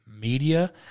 media